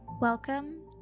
Welcome